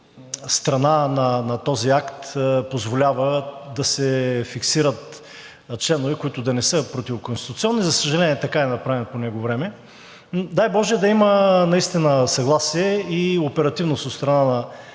на този акт позволява да се фиксират членове, които да не са противоконституционни. За съжаление, така е направен по него време. Дай боже да има наистина съгласие и оперативност от страна на